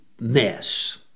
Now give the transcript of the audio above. mess